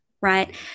Right